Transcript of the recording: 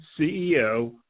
CEO